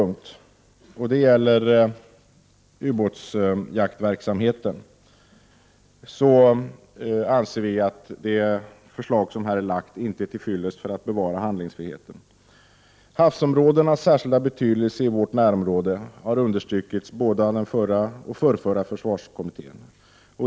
När det gäller ubåtsjaktverksamheten anser vi moderater att det förslag som har lagts fram inte är till fyllest för att bevara handlingsfriheten. Havsområdenas särskilda betydelse i vårt närområde har understrukits i både den förra och den förrförra försvarskommittén.